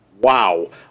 Wow